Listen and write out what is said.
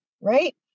right